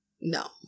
No